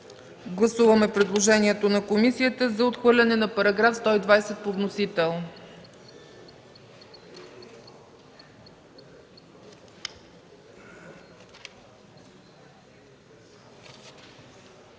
гласуване предложението на комисията за отхвърляне на § 5 по вносител.